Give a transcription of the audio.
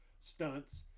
stunts